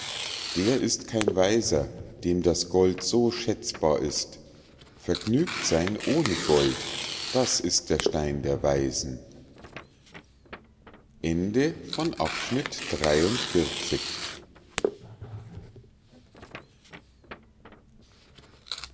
der ist kein weiser dem das gold so schätzbar ist vergnügt seyn ohne gold das ist der stein der weisen